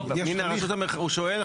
יש --- הוא שואל,